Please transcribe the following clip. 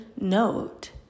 note